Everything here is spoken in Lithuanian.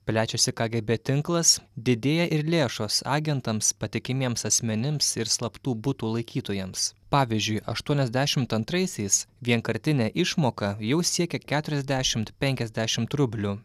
plečiasi kgb tinklas didėja ir lėšos agentams patikimiems asmenims ir slaptų butų laikytojams pavyzdžiui aštuoniasdešimt antraisiais vienkartinė išmoka jau siekia keturiasdešimt penkiasdešimt rublių